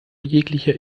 jeglicher